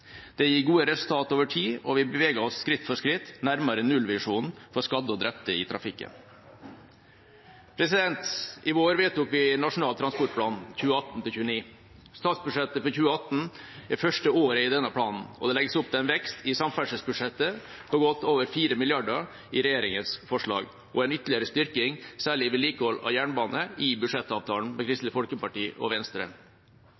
Det gir gode resultater over tid, og vi beveger oss skritt for skritt nærmere nullvisjonen for skadde og drepte i trafikken. I vår vedtok vi Nasjonal transportplan 2018–2029. Statsbudsjettet for 2018 er første året i denne planen, og det legges opp til en vekst i samferdselsbudsjettet på godt over 4 mrd. kr i regjeringas forslag, og en ytterligere styrking særlig til vedlikehold av jernbane i budsjettavtalen med